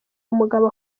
umugabo